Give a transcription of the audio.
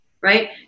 Right